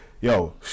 yo